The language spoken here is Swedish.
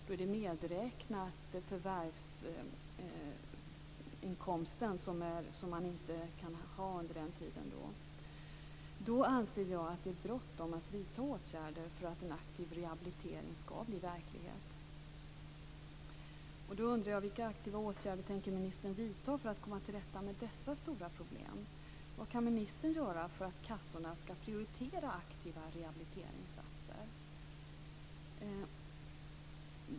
Då är den förlorade förvärvsinkomsten medräknad. Jag anser att det är bråttom att vidta åtgärder för att en aktiv rehabilitering skall bli verklighet.